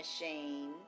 machine